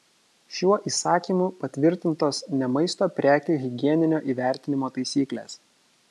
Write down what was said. šiuo įsakymu patvirtintos ne maisto prekių higieninio įvertinimo taisyklės